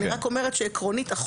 אני רק אומרת שעקרונית,